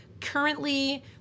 currently